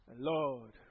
Lord